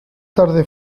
tarde